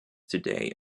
today